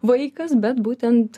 vaikas bet būtent